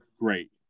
Great